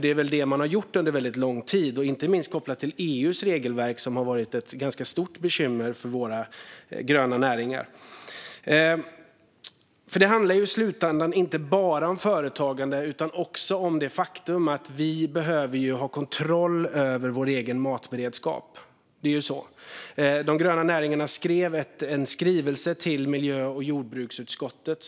Det är väl det man har gjort under lång tid, inte minst kopplat till EU:s regelverk, som har varit ett ganska stort bekymmer för våra gröna näringar. Det handlar i slutänden inte bara om företagande utan också om det faktum att vi behöver ha kontroll över vår egen matberedskap. De gröna näringarna skrev en skrivelse till miljö och jordbruksutskottet.